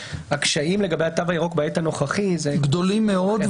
הקשיים לגבי התו הירוק בעת הנוכחית --- גדולים מאוד,